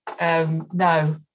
no